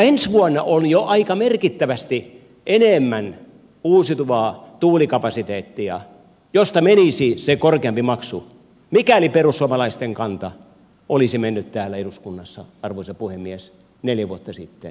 ensi vuonna on jo aika merkittävästi enemmän uusiutuvaa tuulikapasiteettia josta menisi se korkeampi maksu mikäli perussuomalaisten kanta olisi mennyt täällä eduskunnassa arvoisa puhemies neljä vuotta sitten läpi